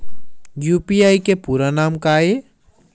UPI के पूरा नाम का ये?